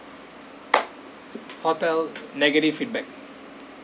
hotel negative feedback